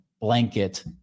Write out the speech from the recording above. blanket